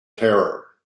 terror